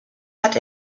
hat